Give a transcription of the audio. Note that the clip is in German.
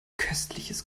köstliches